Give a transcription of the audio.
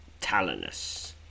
Talonus